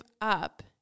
up